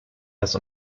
das